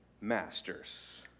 masters